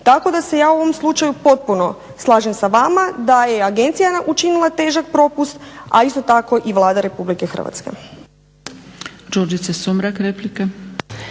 Tako da se ja u ovom slučaju potpuno slažem sa vama da je Agencija učinila težak propust, a isto tako i Vlada Republike Hrvatske.